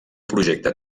projecte